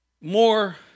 more